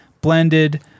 Blended